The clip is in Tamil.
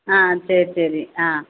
ஆ சரி சரி ஆ